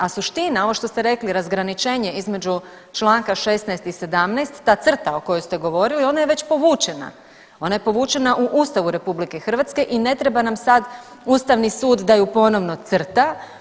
A suština, ovo što ste rekli razgraničenje između čl. 16. i 17., ta crta o kojoj ste govorili ona je već povučena, ona je povučena u Ustavu RH i ne treba nam sad ustavni sud da ju ponovno crta.